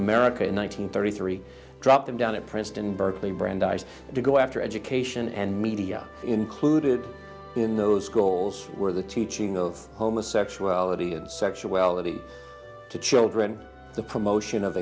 america in one nine hundred thirty three drop them down at princeton berkeley brandeis to go after education and media included in those goals where the teaching of homosexuality and sexuality to children the promotion of